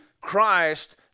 Christ